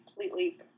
completely